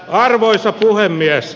arvoisa puhemies